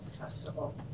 festival